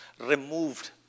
removed